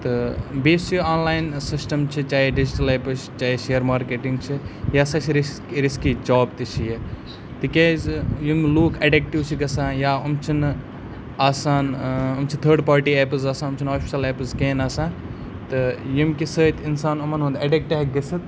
تہٕ بیٚیہِ یُس یہِ آن لاین سِسٹَم چھِ چاہے ڈِجٹَل ایپٕس چھِ چاہے شِیَر مارکیٹِنٛگ چھِ یہِ ہَسا چھِ رِس رِسکی جاب تہِ چھِ یہِ تِکیازِ یِم لُکھ اٮ۪ڈِکٹِو چھِ گژھان یا یِم چھِنہٕ آسان یِم چھِ تھٲرڑ پارٹی ایپٕز آسان یِم چھِنہٕ آفِشَل ایپٕز کِہینۍ آسان تہٕ ییٚمہِ کہ سۭتۍ اِنسان یِمَن ہُںٛد اٮ۪ڈِکٹ ہٮ۪کہِ گٔژھِتھ